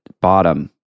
bottom